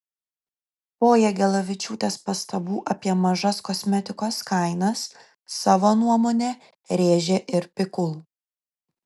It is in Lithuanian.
po jagelavičiūtės pastabų apie mažas kosmetikos kainas savo nuomonę rėžė ir pikul